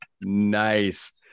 Nice